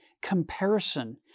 comparison